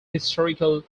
historical